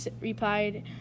replied